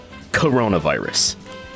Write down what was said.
coronavirus